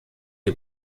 die